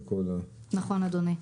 נכון, אדוני.